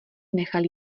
nechali